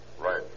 Right